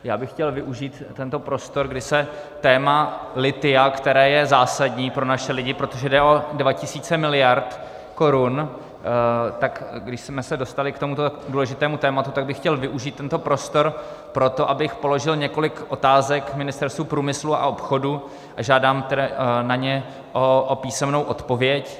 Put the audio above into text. Já bych chtěl využít tento prostor, kdy je téma lithia, které je zásadní pro naše lidi, protože jde o 2 000 miliard korun, tak když jsme se dostali k tomuto důležitému tématu, tak bych chtěl využít tento prostor pro to, abych položil několik otázek Ministerstvu průmyslu a obchodu, a žádám na ně o písemnou odpověď.